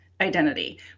identity